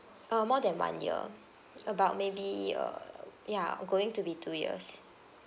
uh more than one year about maybe err ya going to be two years